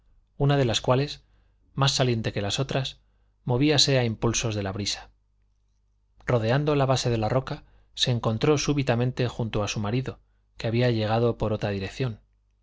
una de las cuales más saliente que las otras movíase a impulsos de la brisa rodeando la base de la roca se encontró súbitamente junto a su marido que había llegado por otra dirección